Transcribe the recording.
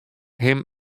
him